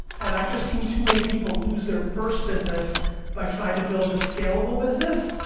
and i've just seen too many people lose their first business by trying to build a scalable business,